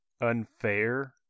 unfair